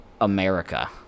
America